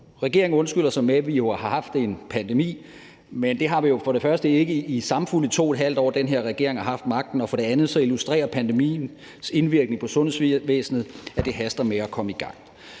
Regeringen undskylder sig med, at vi har haft en pandemi, men det har vi jo for det første ikke haft i de samfulde 2½ år, den her regering har haft magten, og for det andet illustrerer pandemiens indvirkning på sundhedsvæsenet, at det haster med at komme i gang.